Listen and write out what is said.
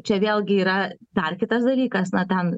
čia vėlgi yra dar kitas dalykas na ten